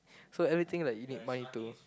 so everything like you need money to